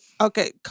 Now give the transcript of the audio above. Okay